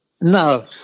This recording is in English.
no